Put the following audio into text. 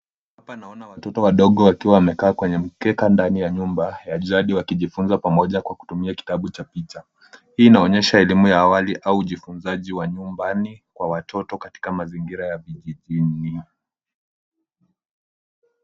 Hapa naona watoto wadogo wakiwa wamekaa kwenye mkeka ndani ya nyumba ya jadi, wakijifunza pamoja kwa kutumia kitabu cha picha. Hii inaonyesha elimu ya awali au ujifunzaji wa nyumbani kwa watoto katika mazingira ya vijijini.